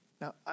Now